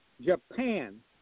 Japan